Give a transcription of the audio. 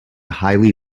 highly